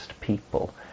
people